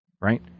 Right